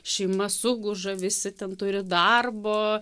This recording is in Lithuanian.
šeima suguža visi ten turi darbo